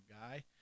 guy